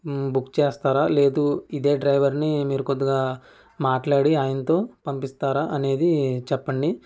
book చేస్తారా లేదా ఇదే డ్రైవర్ని మీరు కొద్దిగా మాట్లాడి ఆయనతో పంపిస్తారా అనేది చెప్పండి